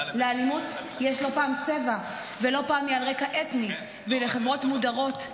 לאלימות יש לא פעם צבע ולא פעם היא על רקע אתני ולחברות מופלות.